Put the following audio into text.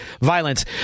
violence